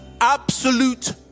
absolute